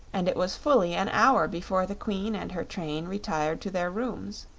and it was fully an hour before the queen and her train retired to their rooms.